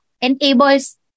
enables